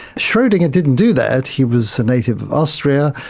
schrodinger didn't do that. he was a native of austria,